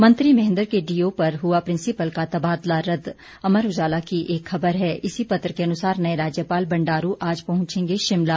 मंत्री महेंद्र के डीओ पर हुआ प्रिंसिपल का तबादला रद्द अमर उजाला की एक ख़बर है इसी पत्र के अनुसार नए राज्यपाल बंडारू आज पहुंचेगे शिमला